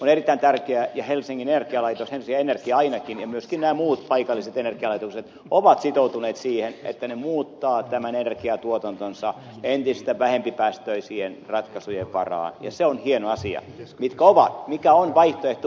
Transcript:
on erittäin tärkeää että helsingin energia ainakin ja myöskin nämä muut paikalliset energialaitokset ovat sitoutuneet siihen että ne muuttavat tämän energiatuotantonsa entistä vähempipäästöisempien ratkaisujen varaan ja se on hieno asia oli kova mikä on vaihtoehto